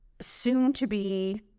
soon-to-be-